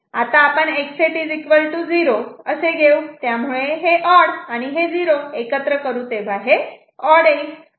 आता आपण X8 0 घेऊ त्यामुळे हे ऑड आणि हे 0 एकत्र करू तेव्हा हे ऑड येईल